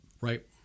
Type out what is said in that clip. Right